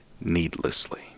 needlessly